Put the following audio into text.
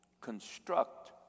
construct